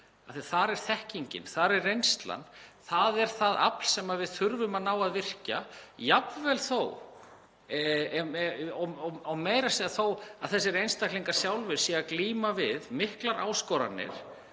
Þar er þekkingin, þar er reynslan. Þar er það afl sem við þurfum að ná að virkja. Meira að segja þó að þessir einstaklingar séu að glíma við miklar áskoranir